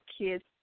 kids